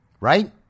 Right